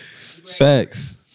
Facts